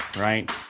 right